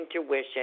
intuition